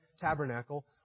tabernacle